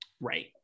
right